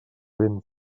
vent